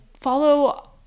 follow